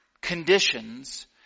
conditions